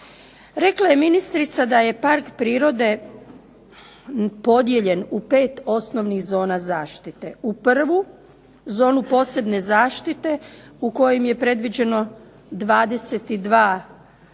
Rekla je ministrica da je park prirode podijeljen u pet osnovnih zona zaštite. U prvu zonu posebne zaštite u kojoj je predviđeno 22